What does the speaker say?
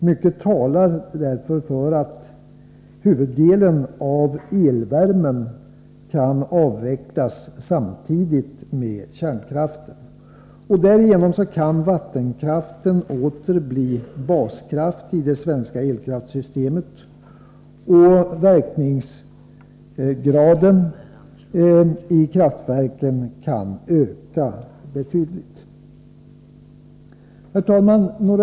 Mycket talar för att huvuddelen av elvärmen kan avvecklas samtidigt med kärnkraften. Därigenom kan vattenkraften åter bli baskraft i det svenska elkraftssystemet och verkningsgraden i kraftverken öka betydligt. Herr talman!